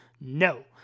no